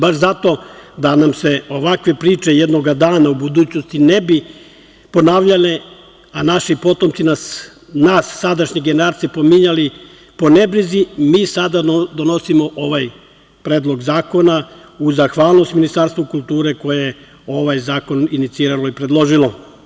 Baš zato, da nam se ovakve priče jednoga dana u budućnosti ne bi ponavljale, a naši potomci nas, nas sadašnje generacije pominjali po nebrizi, mi sada donosimo ovaj predlog zakona uz zahvalnost Ministarstvu kulture koje je ovaj zakon iniciralo i predložilo.